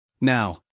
Now